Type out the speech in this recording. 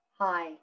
Hi